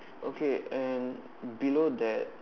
okay and below that